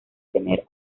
tener